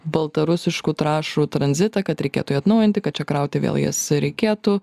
baltarusiškų trąšų tranzitą kad reikėtų jį atnaujinti kad čia krauti vėl jas reikėtų